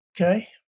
Okay